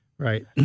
Right